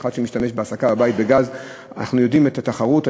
כאחד שמשתמש בהסקה בגז בבית, אני יודע את התחרות.